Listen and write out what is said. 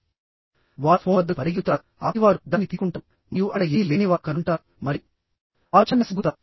వారు ఫోన్ వద్దకు పరిగెత్తుతారు ఆపై వారు దానిని తీసుకుంటారు మరియు అక్కడ ఏమీ లేదని వారు కనుగొంటారు మరియు వారు చాలా నిరాశకు గురవుతారు